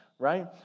Right